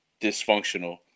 dysfunctional